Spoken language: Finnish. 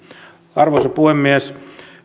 arvoisa puhemies